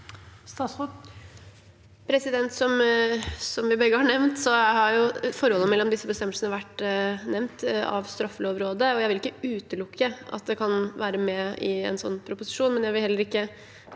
Mehl Som vi begge har nevnt, har forholdet mellom disse bestemmelsene vært nevnt av Straffelovrådet. Jeg vil ikke utelukke at det kan være med i en sånn proposisjon, men jeg vil heller ikke